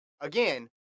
again